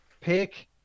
pick